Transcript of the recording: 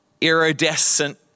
iridescent